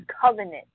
covenant